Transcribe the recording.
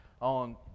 on